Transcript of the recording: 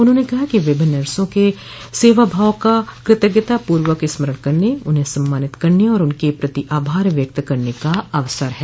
उन्होंने कहा कि विभिन्न नर्सो के सेवाभाव का कृतज्ञतापूर्वक स्मरण करने उन्हें सम्मानित करने और उनके प्रति आभार व्यक्त करने का अवसर है